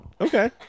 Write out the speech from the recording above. Okay